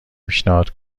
پیشنهاد